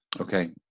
Okay